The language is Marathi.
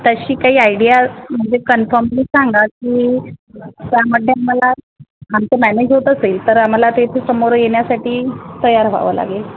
तशी काही आयडिया म्हणजे कन्फर्म सांगा की त्यामध्ये आम्हाला आमचं मॅनेज होत असेल तर आम्हाला तेथे समोर येण्यासाठी तयार व्हावं लागेल